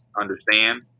understand